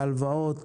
ההלוואות,